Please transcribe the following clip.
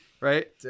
Right